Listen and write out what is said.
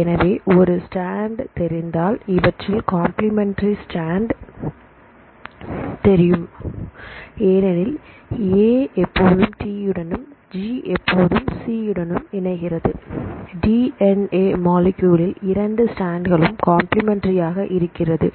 எனவே ஒரு ஸ்டாண்ட் தெரிந்தாள் இவற்றில் கம்பிளிமெண்டரி ஸ்டாண்ட் தெரியும் ஏனெனில் ஏ எப்போதும் டி உடன் ஜி எப்போதும் சி உடன் இணைகிறது டிஎன்ஏ மொலக்யூலே லில் இரண்டு ஸ்டாண்ட் களும் கம்பிளிமெண்டரி ஆக இருக்கிறது